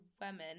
women